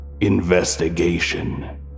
investigation